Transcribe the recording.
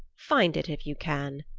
find it if you can.